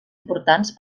importants